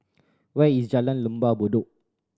where is Jalan Lembah Bedok